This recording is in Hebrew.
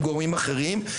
עם גורמים אחרים.